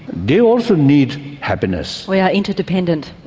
they also need happiness. we are interdependent.